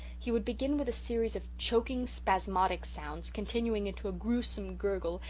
he would begin with a series of choking, spasmodic sounds, continuing into a gruesome gurgle,